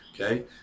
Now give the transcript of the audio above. okay